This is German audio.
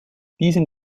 diesem